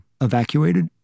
evacuated